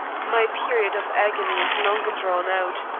my period of agony is longer drawn out,